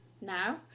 now